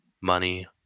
money